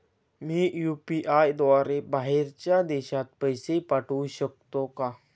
मी UPI द्वारे बाहेरच्या देशात पैसे पाठवू शकतो का?